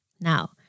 Now